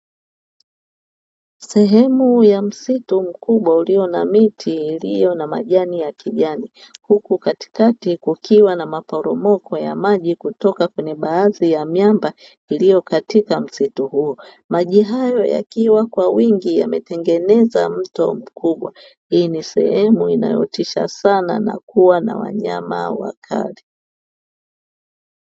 Sehemu ya msitu mkubwa ulio na miti iliyo na majani ya kijani, huku katikati kukiwa na maporomoko ya maji kutoka kwenye baadhi ya miamba iliyo katika msitu huo, maji hayo yakiwa kwa wingi yameyengeneza mto mkubwa, hii ni sehemu inayotisha sana na kuwa na wanyama wakali.